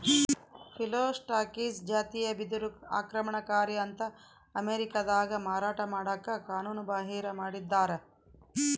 Phyllostachys ಜಾತಿಯ ಬಿದಿರು ಆಕ್ರಮಣಕಾರಿ ಅಂತ ಅಮೇರಿಕಾದಾಗ ಮಾರಾಟ ಮಾಡಕ ಕಾನೂನುಬಾಹಿರ ಮಾಡಿದ್ದಾರ